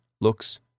looks